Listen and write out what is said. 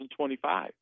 2025